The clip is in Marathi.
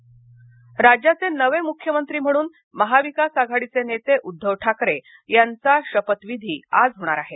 उद्गव राज्याचे नवे मुख्यमंत्री म्हणून महाविकास आघाडीचे नेते उद्धव ठाकरे यांचा शपथविधी आज होणार आहे